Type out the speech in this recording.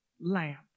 lamp